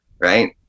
Right